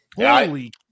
Holy